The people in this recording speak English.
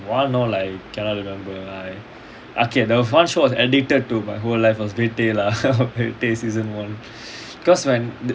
one no lah cannot remember lah okay there was one show I was addicted to my whole life was lah season one cause when th~